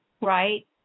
Right